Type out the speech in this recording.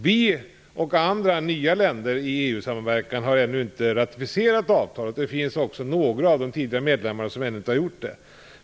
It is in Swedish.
Vi och andra nya länder i EU-samverkan har ännu inte ratificerat avtalet. Det finns också några av de tidigare medlemmarna som ännu inte gjort det.